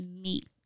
meet